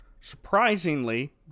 Surprisingly